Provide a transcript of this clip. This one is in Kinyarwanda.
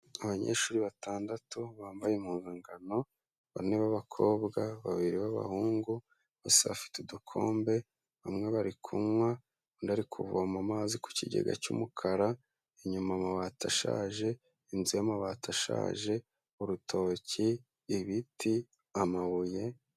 Abanyeshuri batandatu bambaye impuzangano bane b'abakobwa, babiri b'abahungu bose bafite udukombe, bamwe bari kunywa undi ari kuvoma amazi ku kigega cy'umukara, inyuma amabati ashaje, inzu y'amabati ashaje, urutoki, ibiti, amabuye.